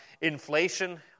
inflation